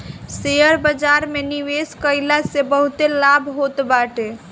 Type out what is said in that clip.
share बाजार में निवेश कईला से बहुते लाभ होत बाटे